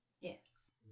Yes